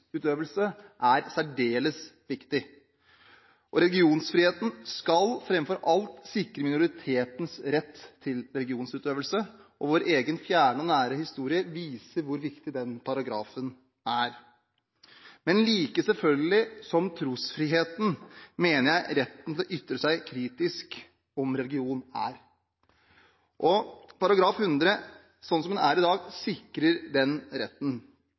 er særdeles viktig. Religionsfriheten skal framfor alt sikre minoritetens rett til religionsutøvelse, og vår egen fjerne og nære historie viser hvor viktig den paragrafen er. Men like selvfølgelig som trosfriheten mener jeg retten til å ytre seg kritisk om religion er. § 100 sikrer, sånn som den er i dag, den retten.